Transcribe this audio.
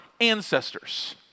ancestors